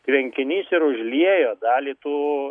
tvenkinys ir užliejo dalį tų